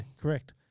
correct